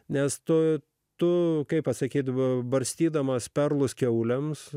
nes tu tu kai pasakydavau barstydamos perlus kiaulėms